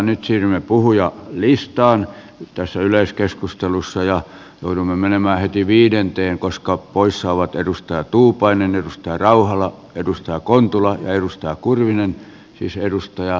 nyt siirrymme puhujalistaan tässä yleiskeskustelussa ja joudumme menemään heti viidenteen koska poissa ovat edustaja tuupainen ja rauhala edustaa kontula edustaa kurvinen hysedustaja